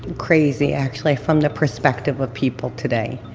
crazy, actually. from the perspective of people today.